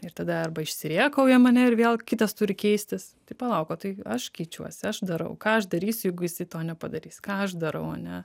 ir tada arba išsirėkaujam ane ir vėl kitas turi keistis tai palauk o tai aš keičiuosi aš darau ką aš darysiu jeigu jisai to nepadarys ką aš darau ane